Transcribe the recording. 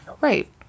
Right